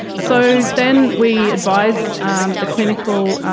so then we advise, um the clinical